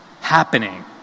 happening